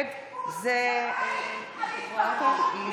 נגד שעושים חיפוש בבית,